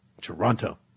Toronto